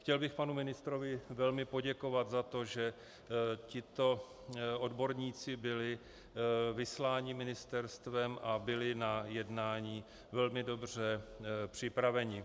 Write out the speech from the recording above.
Chtěl bych panu ministrovi velmi poděkovat za to, že tito odborníci byli vysláni ministerstvem a byli na jednání velmi dobře připraveni.